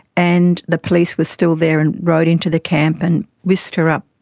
and the police were still there, and rode into the camp and whisked her up.